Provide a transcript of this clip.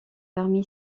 parmi